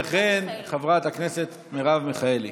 וכן חברת הכנסת מרב מיכאלי